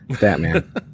Batman